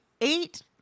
eight